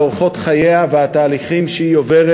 אורחות חייה והתהליכים שהיא עוברת.